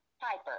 Piper